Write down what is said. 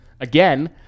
again